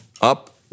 up